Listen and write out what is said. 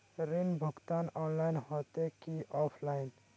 ऋण भुगतान ऑनलाइन होते की ऑफलाइन?